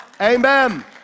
amen